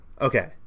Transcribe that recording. Okay